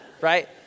right